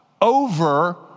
over